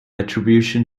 attribution